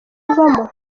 uvamo